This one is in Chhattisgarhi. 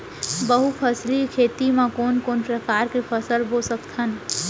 बहुफसली खेती मा कोन कोन प्रकार के फसल बो सकत हन?